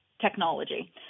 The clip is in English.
technology